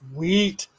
Sweet